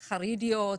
חרדיות,